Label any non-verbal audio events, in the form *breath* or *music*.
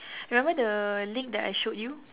*breath* remember the link that I showed you